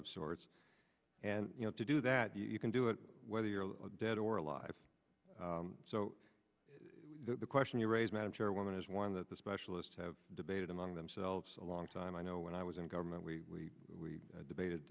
of sorts and you know to do that you can do it whether you're dead or alive so the question you raise madam chairwoman is one that the specialists have debated among themselves a long time i know when i was in government we we debated